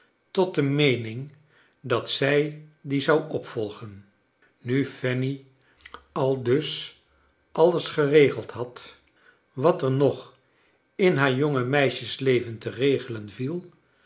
tot de meening dat zij dien zou opvolgen nu fanny aldus alles geregeld had wat er nog in haar jongemeisjesleven te regelen viel